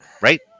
right